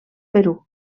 perú